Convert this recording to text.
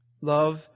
Love